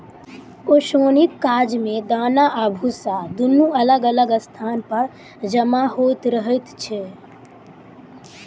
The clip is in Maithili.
ओसौनीक काज मे दाना आ भुस्सा दुनू अलग अलग स्थान पर जमा होइत रहैत छै